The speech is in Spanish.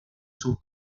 sus